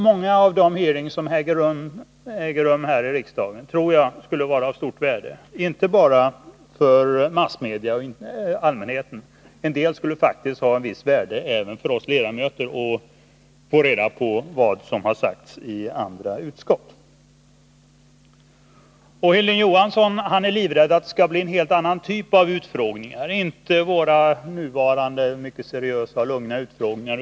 Många av de hearings som äger rum här i riksdagen tror jag skulle vara av stort värde inte bara för massmedia och allmänheten. I en del fall skulle det Nr 109 faktiskt ha ett visst värde även för oss ledamöter att få reda på vad som sagts i andra utskott. Hilding Johansson är livrädd för att det skall bli en helt annan typ av utfrågningar — inte våra nuvarande, mycket seriösa och lugna utfrågningar.